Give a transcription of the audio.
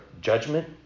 judgment